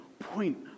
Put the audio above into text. point